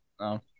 No